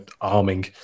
arming